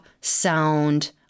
sound